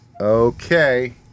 Okay